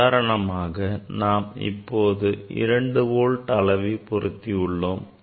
உதாரணமாக நாம் இப்போது 2V அளவைப் பொருத்துவோம்